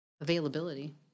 availability